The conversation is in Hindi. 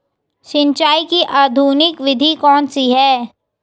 सिंचाई की आधुनिक विधि कौन सी है?